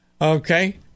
okay